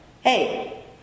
hey